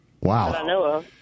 Wow